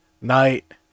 night